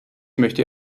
möchte